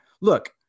look